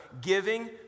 giving